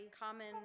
common